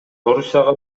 орусияга